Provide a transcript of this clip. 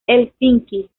helsinki